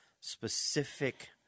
specific